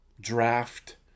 draft